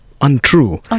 untrue